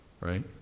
right